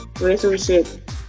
relationship